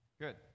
Good